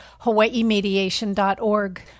hawaiimediation.org